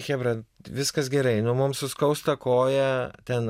chebra viskas gerai nu mum suskausta koją ten